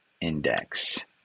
index